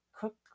Cook